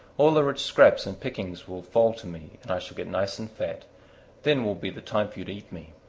all the rich scraps and pickings will fall to me and i shall get nice and fat then will be the time for you to eat me.